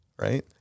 right